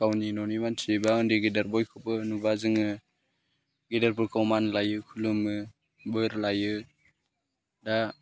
गावनि न'नि मानसि एबा उन्दै गेदेर बयखौबो नुबा जोङो गेदेरफोरखौ मान लायो खुलुमो बोर लायो दा